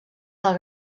del